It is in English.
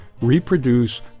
reproduce